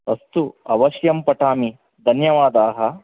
अस्तु अवश्यम् पठामि धन्यवादाः